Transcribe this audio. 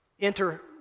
Enter